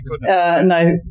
no